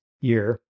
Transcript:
year